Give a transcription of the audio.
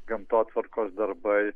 gamtotvarkos darbai